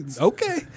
Okay